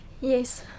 Yes